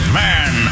man